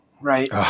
right